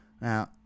Now